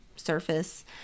Surface